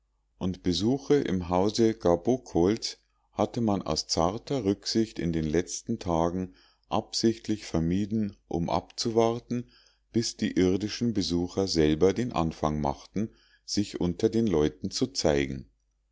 und besuche im hause gabokols hatte man aus zarter rücksicht in den letzten tagen absichtlich vermieden um abzuwarten bis die irdischen besucher selber den anfang machten sich unter den leuten zu zeigen